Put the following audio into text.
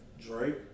Drake